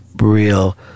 real